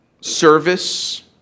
service